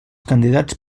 candidats